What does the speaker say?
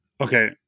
okay